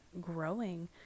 growing